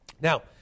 Now